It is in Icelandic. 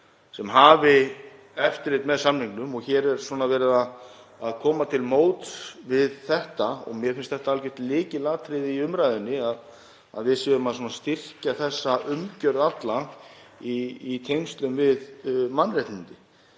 sem hafi eftirlit með samningnum. Hér er verið að koma til móts við þetta og mér finnst það algert lykilatriði í umræðunni að við séum að styrkja þessa umgjörð alla í tengslum við mannréttindi.